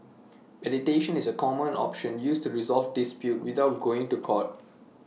mediation is A common option used to resolve disputes without going to court